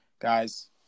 Guys